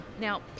now